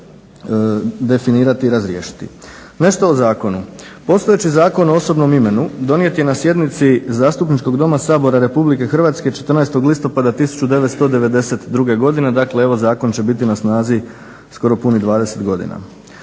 Nešto o zakonu.